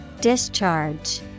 Discharge